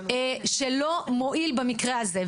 שלא מועיל במקרה הזה.